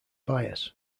bias